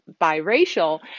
biracial